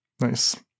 Nice